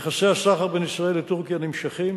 יחסי הסחר בין ישראל לטורקיה נמשכים,